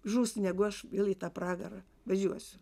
žus negu aš vėl į tą pragarą važiuosiu